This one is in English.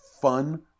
fun